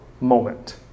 moment